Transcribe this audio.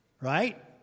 right